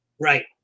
Right